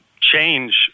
change